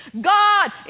God